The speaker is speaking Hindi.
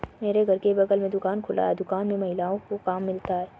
मेरे घर के बगल में दुकान खुला है दुकान में महिलाओं को काम मिलता है